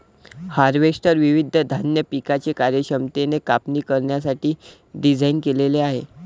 harvester विविध धान्य पिकांची कार्यक्षमतेने कापणी करण्यासाठी डिझाइन केलेले आहे